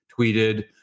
tweeted